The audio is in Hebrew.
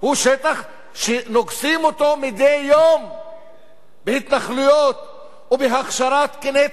הוא שטח שנוגסים אותו מדי יום בהתנחלויות ובהכשרת קני צרעות,